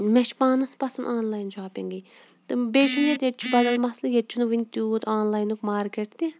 مےٚ چھُ پانَس پَسنٛد آنلاین شاپِنٛگٕے تہٕ بیٚیہِ چھُنہٕ ییٚتہِ ییٚتہِ چھُ بدل مسلہٕ ییٚتہِ چھُنہٕ وٕنہِ تیوٗت آنلاینُک مارکیٹ تہِ